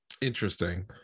interesting